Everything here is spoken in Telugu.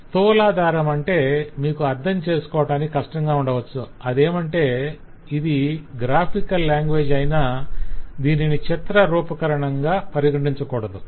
స్తూలాధారం అంటే మీకు అర్థంచేసుకోవటానికి కష్టంగా ఉండవచ్చు ఏమంటే ఇది గ్రాఫికల్ లాంగ్వేజ్ అయినా దీనిని చిత్ర రూపకరణంగా పరిగణించకూడదు